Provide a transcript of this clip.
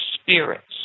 spirits